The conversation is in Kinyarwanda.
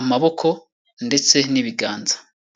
amaboko ndetse n'ibiganza.